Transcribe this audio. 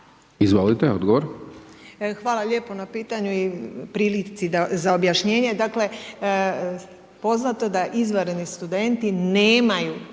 **Ramljak, Branka** Hvala lijepo na pitanju i prilici za objašnjenje. Dakle poznato je da izvanredni studenti nemaju